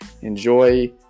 enjoy